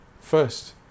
First